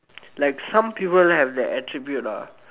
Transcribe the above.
like some people have the attribute lah